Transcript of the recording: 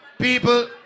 people